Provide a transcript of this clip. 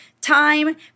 time